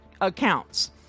accounts